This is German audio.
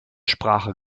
sprache